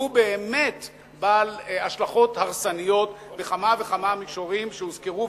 שהוא באמת בעל השלכות הרסניות בכמה וכמה מישורים שהוזכרו,